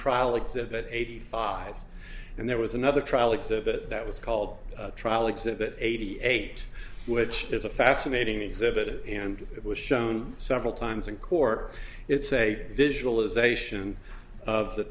trial exhibit eighty five and there was another trial exhibit that was called trial exhibit eighty eight which is a fascinating exhibit and it was shown several times in court it's a visualization of the